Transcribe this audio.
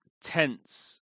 tense